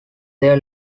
their